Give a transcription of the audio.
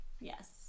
Yes